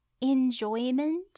enjoyment